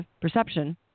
perception